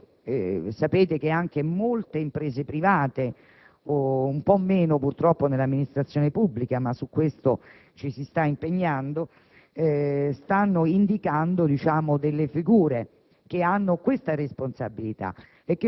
È necessario anche - sapete che anche molte imprese private - un po' meno purtroppo nell'amministrazione pubblica, ma su questo ci si sta impegnando - stanno indicando delle figure